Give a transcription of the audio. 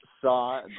saw